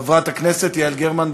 חברת הכנסת יעל גרמן,